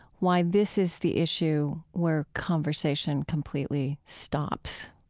why this is the issue where conversation completely stops.